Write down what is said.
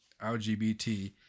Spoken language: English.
LGBT